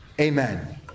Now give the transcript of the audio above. Amen